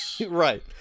Right